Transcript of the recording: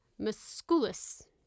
musculus